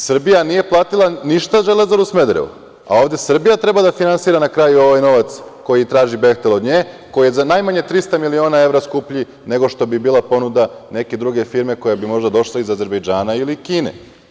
Srbija nije platila ništa „Železaru“ Smederevo, a ovde Srbija treba da finansira na kraju ovaj novac koji traži „Behtel“ od nje, koji je za najmanje 300 miliona evra skuplji, nego što bi bila ponuda neke druge firme koja bi možda došla iz Azerbejdžana ili Kine.